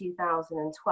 2012